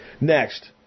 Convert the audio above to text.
Next